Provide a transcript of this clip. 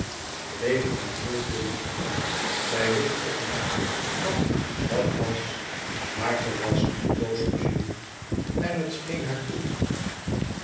bleek in heel veel licht zij wist ook niet wat dàt was maar ze was niet boos op jules en het scheen